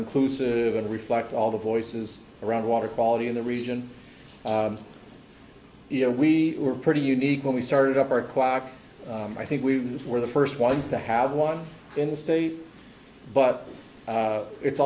inclusive and reflect all the voices around water quality in the region you know we were pretty unique when we started up our kwok i think we were the first ones to have one in the states but it's